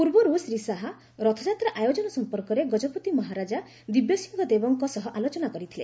ପୂର୍ବରୁ ଶ୍ରୀ ଶାହା ରଥଯାତ୍ରା ଆୟୋଜନ ସମ୍ପର୍କରେ ଗଜପତି ମହାରାଜା ଦିବ୍ୟ ସିଂହଦେବଙ୍କ ସହ ଆଲୋଚନା କରିଥିଲେ